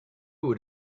would